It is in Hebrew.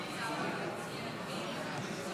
נגד אמיר אוחנה, נגד ינון אזולאי,